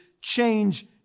change